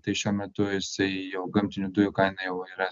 tai šiuo metu jisai jau gamtinių dujų kaina jau yra